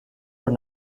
were